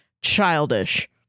Childish